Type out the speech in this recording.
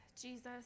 Jesus